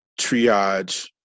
triage